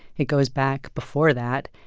it goes back before that.